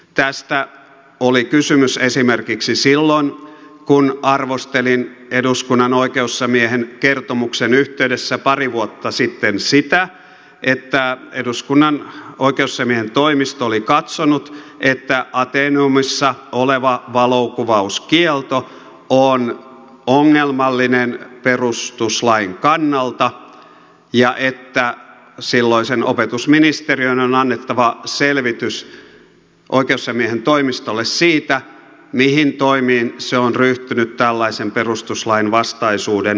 tästä oli kysymys esimerkiksi silloin kun arvostelin eduskunnan oikeusasiamiehen kertomuksen yhteydessä pari vuotta sitten sitä että eduskunnan oikeusasiamiehen toimisto oli katsonut että ateneumissa oleva valokuvauskielto on ongelmallinen perustuslain kannalta ja että silloisen opetusministeriön on annettava selvitys oikeusasiamiehen toimistolle siitä mihin toimiin se on ryhtynyt tällaisen perustuslainvastaisuuden korjaamiseksi